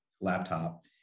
laptop